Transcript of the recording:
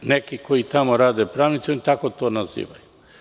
Neki koji tamo rade, neki pravnici oni tako to nazivaju.